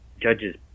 Judges